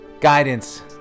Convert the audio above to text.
guidance